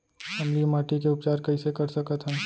अम्लीय माटी के उपचार कइसे कर सकत हन?